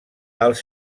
els